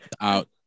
out